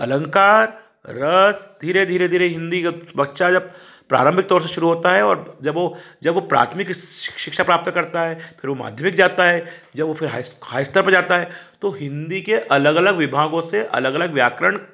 अलंकार रस धीरे धीरे धीरे हिंदी बच्चा जब प्रारंभिक तौर से शुरू होता है और जब वो जब वो प्राथमिक शिक्षा प्राप्त करता है फिर वो माध्यमिक जाता है जब वो फिर हाई स्तर पे जाता है तो हिंदी के अलग अलग विभागों से अलग अलग व्याकरण